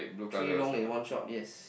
three long and one short yes